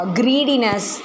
greediness